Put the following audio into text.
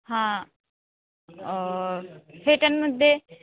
हां हे त्यांमध्ये